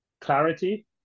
Clarity